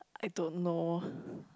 I don't know